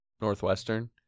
Northwestern